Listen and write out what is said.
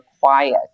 quiet